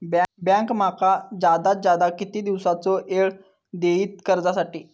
Bank माका जादात जादा किती दिवसाचो येळ देयीत कर्जासाठी?